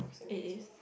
it is